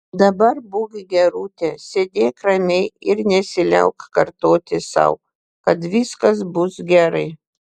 dabar būk gerutė sėdėk ramiai ir nesiliauk kartoti sau kad viskas bus gerai